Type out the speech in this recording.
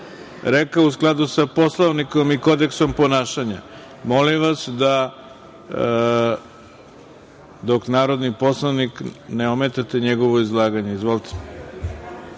rekao u skladu sa Poslovnikom i kodeksom ponašanja. Molim vas da dok narodni poslanik govori, ne ometate njegovo izlaganje. Izvolite.(Narodni